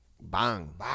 Bang